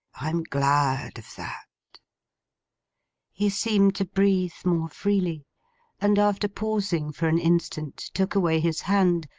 i'm glad of that he seemed to breathe more freely and after pausing for an instant, took away his hand,